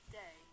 day